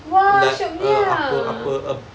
!wah! shioknya